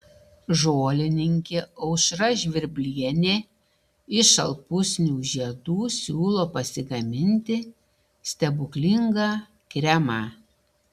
žolininkė aušra žvirblienė iš šalpusnių žiedų siūlo pasigaminti stebuklingą kremą